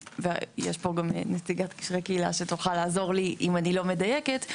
ויש פה גם את נציגת קשרי הקהילה שתוכל לעזור לי אם אני לא מדייקת,